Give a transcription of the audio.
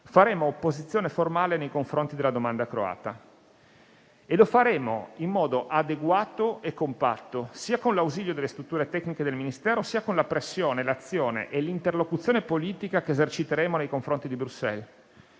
faremo opposizione formale nei confronti della domanda croata e lo faremo in modo adeguato e compatto, sia con l'ausilio delle strutture tecniche del Ministero, sia con la pressione, l'azione e l'interlocuzione politica che eserciteremo nei confronti di Bruxelles.